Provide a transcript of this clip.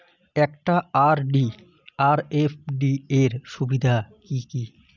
একটা আর.ডি আর এফ.ডি এর সুবিধা কি কি?